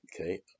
okay